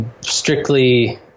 strictly